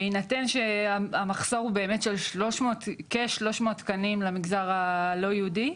בהינתן שהמחסור הוא של כ-300 תקנים למגזר הלא יהודי,